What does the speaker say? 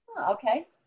Okay